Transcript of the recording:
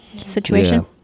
situation